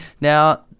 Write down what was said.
Now